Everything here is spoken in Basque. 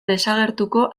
desagertuko